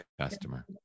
customer